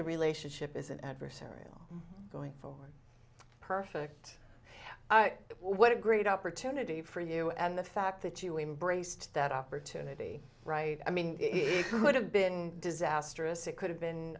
the relationship isn't adversarial going forward perfect what a great opportunity for you and the fact that you were embraced that opportunity right i mean it could have been disastrous it could have been